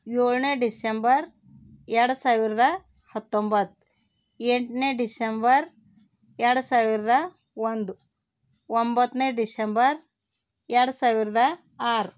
ಏಳ್ನೇ December ಎರ್ಡು ಸಾವಿರದ ಹತ್ತೊಂಬತ್ತು ಎಂಟನೇ ಡಿಸೆಂಬರ್ ಎರ್ಡು ಸಾವಿರದ ಒಂದು ಒಂಬತ್ತನೇ ಡಿಸೆಂಬರ್ ಎರ್ಡು ಸಾವಿರದ ಆರು